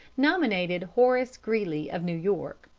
nominated horace greeley, of new york,